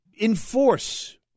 Enforce